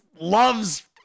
loves